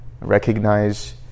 Recognize